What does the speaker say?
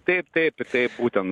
o taip taip taip būtent